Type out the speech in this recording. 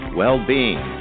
well-being